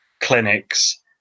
clinics